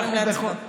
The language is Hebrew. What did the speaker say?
אנחנו עוברים להצבעה.